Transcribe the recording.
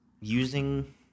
using